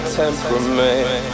temperament